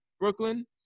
Brooklyn